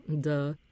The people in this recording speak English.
Duh